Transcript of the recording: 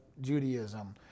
Judaism